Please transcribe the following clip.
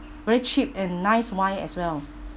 very cheap and nice wine as well